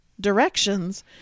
directions